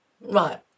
right